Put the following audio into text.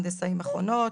הנדסאי מכונות,